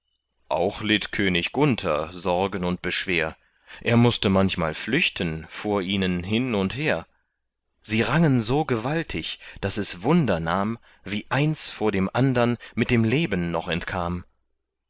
auch litt könig gunther sorgen und beschwer er mußte manchmal flüchten vor ihnen hin und her sie rangen so gewaltig daß es wunder nahm wie eins vor dem andern mit dem leben noch entkam